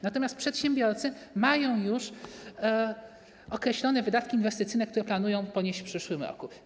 Natomiast przedsiębiorcy mają już określone wydatki inwestycyjne, które planują ponieść w przyszłym roku.